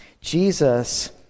Jesus